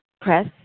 press